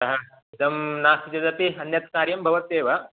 अतः इदं नास्ति चेदपि अन्यत्कार्यं भवत्येव